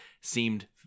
seemed